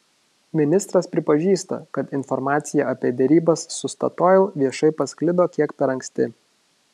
ministras pripažįsta kad informacija apie derybas su statoil viešai pasklido kiek per anksti